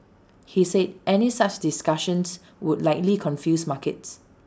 he said any such discussions would likely confuse markets